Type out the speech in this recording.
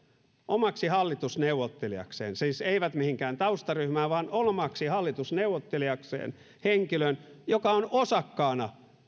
omaksi hallitusneuvottelijakseen siis eivät mihinkään taustaryhmään vaan omaksi hallitusneuvottelijakseen henkilön joka on osakkaana